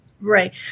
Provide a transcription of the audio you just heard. Right